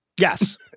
Yes